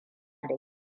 da